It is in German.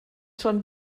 schon